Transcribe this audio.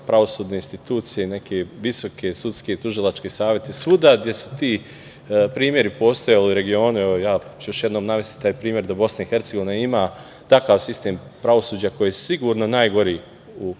pravosudne institucije, neke visoke, sudske, tužilačke savete, svuda gde su ti primeri, postojali u regionu. Evo ja ću još jednom navesti taj primer da BiH ima takav sistem pravosuđa koji je sigurno najgori u Evropi,